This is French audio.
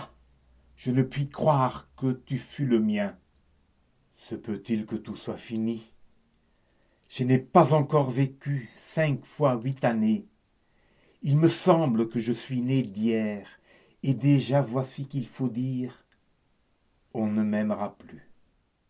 je ne puis croire que tu fus le mien se peut-il que tout soit fini je n'ai pas encore vécu cinq fois huit années il me semble que je suis née d'hier et déjà voici qu'il faut dire on ne m'aimera plus